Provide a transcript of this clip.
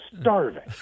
starving